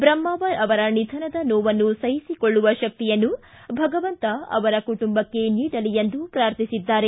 ಬ್ರಹ್ಮಾವರ ಅವರ ನಿಧನದ ನೋವನ್ನು ಸಹಿಸಿಕೊಳ್ಳುವ ಶಕ್ತಿಯನ್ನು ಭಗವಂತ ಅವರ ಕುಟುಂಬಕ್ಕೆ ನೀಡಲಿ ಎಂದು ಪ್ರಾರ್ಥಿಸಿದ್ದಾರೆ